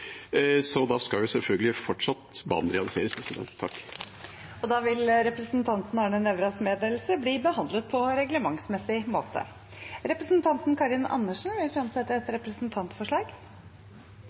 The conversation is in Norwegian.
Så banen skal selvfølgelig fortsatt realiseres. Representanten Arne Nævras meddelelse vil bli behandlet på reglementsmessig måte. Representanten Karin Andersen vil fremsette et